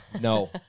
No